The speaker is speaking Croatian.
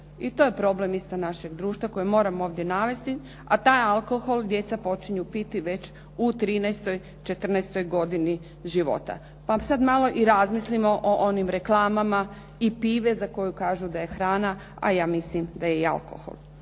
i to je problem isto našeg društva koje moramo ovdje navesti, a taj alkohol djeca počinju piti već u 13., 14. godini života. Pa sad malo i razmislimo o onim reklamama i pive za koju kažu da je hrana, a ja mislim da je alkohol.